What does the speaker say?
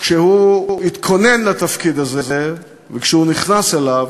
כשהוא התכונן לתפקיד הזה, וכשהוא נכנס אליו,